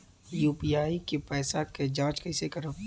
UPI के पैसा क जांच कइसे करब?